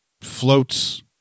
floats